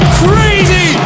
crazy